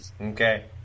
Okay